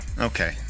Okay